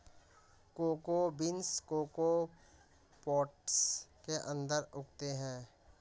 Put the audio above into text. cocoa beans cocoa pods के अंदर उगते हैं